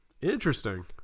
interesting